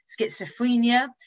schizophrenia